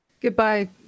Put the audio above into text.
Goodbye